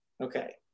Okay